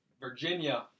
Virginia